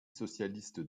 socialiste